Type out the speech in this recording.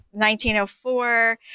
1904